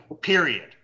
period